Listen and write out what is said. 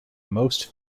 most